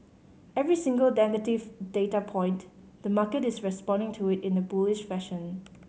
every single negative data point the market is responding to it in a bullish fashion